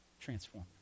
transform